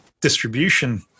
distribution